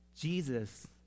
Jesus